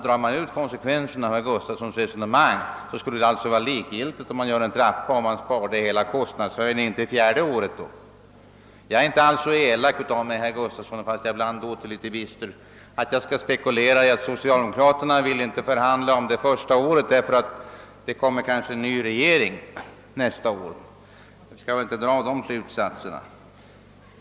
Drar man ut konsekvensen av herr Gustafssons resonemang skulle det vara likgiltigt om man tillämpar en trapplösning eller om man sparade hela kostnadshöjningen till det fjärde året. Jag är inte så elak, herr Gustafsson, fastän jag ibland låter något bister, att jag skall spekulera i huruvida socialdemokraterna inte vill förhandla om det första året därför att det kanske kommer en ny regering nästa år. Vi skall väl inte dra sådana slutsatser.